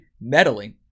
meddling